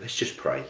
let's just pray